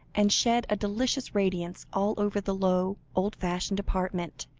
and shed a delicious radiance all over the low, old-fashioned apartment.